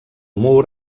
mur